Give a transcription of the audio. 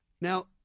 Now